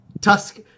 Tusk